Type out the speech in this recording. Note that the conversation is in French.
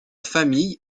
famille